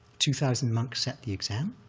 two thousand monks set the exam.